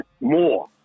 more